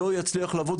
לא יצליח לעבוד,